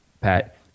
Pat